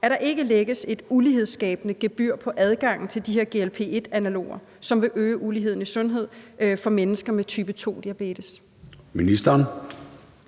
at der ikke lægges et ulighedsskabende gebyr på adgangen til de her GLP-1-analoger, som vil øge uligheden i sundhed for mennesker med type 2-diabetes? Kl.